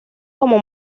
como